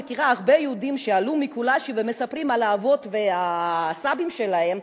מכירה הרבה יהודים שעלו מקולאשי והם מספרים על האבות ועל הסבים שלהם.